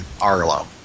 Arlo